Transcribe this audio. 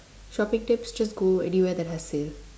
shopping tips just go anywhere that has sales